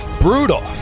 Brutal